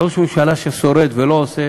ראש ממשלה ששורד ולא עושה.